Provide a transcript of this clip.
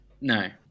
No